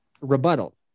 rebuttal